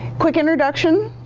quick introduction.